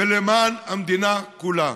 ולמען המדינה כולה.